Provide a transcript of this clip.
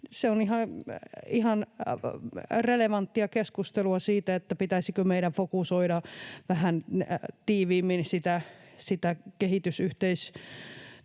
Se on ihan relevanttia keskustelua siitä, pitäisikö meidän fokusoida vähän tiiviimmin niitä kehitysyhteistyörahoja,